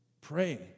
pray